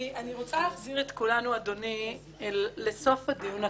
אני רוצה להחזיר את כולנו לסוף הדיון הקודם.